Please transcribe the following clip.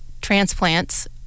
transplants